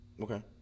Okay